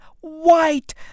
white